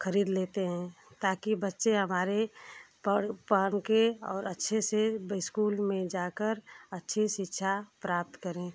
खरीद लेते हैं ताकि बच्चे हमारे पड़ पहन कर और अच्छे से इस्कूल में जाकर अच्छी शिक्षा प्राप्त करें